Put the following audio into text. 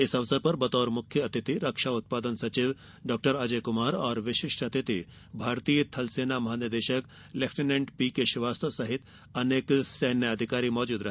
इस अवसर पर बतौर मुख्य अतिथि रक्षा उत्पादन सचिव डॉ अजय कुमार और विशिष्ट अतिथि भारतीय थल सेना महानिदेशक लेफ्टिनेंट पी के श्रीवास्तव समेत अनेक सैन्य अधिकारी मौजूद रहे